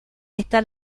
está